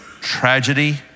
tragedy